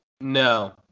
No